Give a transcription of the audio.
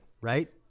Right